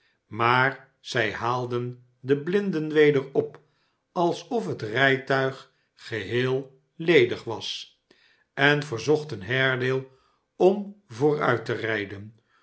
maar zij haalden de blinden weder op alsof het rijtuig geheel ledig was en verzochten haredale om vooruit te rijden